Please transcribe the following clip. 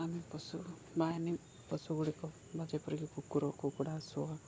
ଆମେ ପଶୁ ବାହିନୀ ପଶୁ ଗୁଡ଼ିକ ବା ଯେପରିକି କୁକୁର କୁକୁଡ଼ା ଶୁଆ